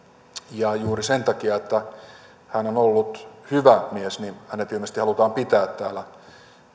ja juuri sen takia että hän on ollut hyvä mies hänet ilmeisesti halutaan pitää täällä